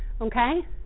okay